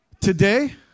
Today